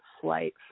flight